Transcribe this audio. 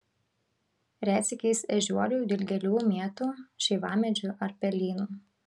retsykiais ežiuolių dilgėlių mėtų šeivamedžių ar pelynų